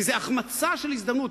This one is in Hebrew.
כי זו החמצה של הזדמנות.